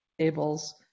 tables